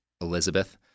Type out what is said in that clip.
Elizabeth